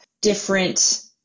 different